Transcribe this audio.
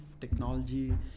technology